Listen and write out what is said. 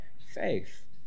faith